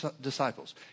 disciples